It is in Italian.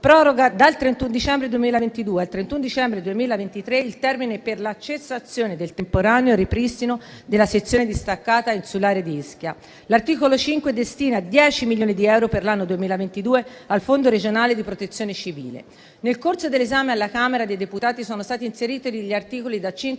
proroga dal 31 dicembre 2022 al 31 dicembre 2023 il termine per la cessazione del temporaneo ripristino della sezione distaccata insulare di Ischia. L'articolo 5 destina 10 milioni di euro per l'anno 2022 al Fondo regionale di protezione civile. Nel corso dell'esame alla Camera dei deputati sono stati inseriti gli articoli da